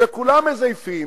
שכולם מזייפים,